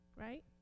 right